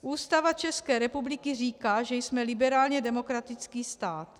Ústava České republiky říká, že jsme liberálně demokratický stát.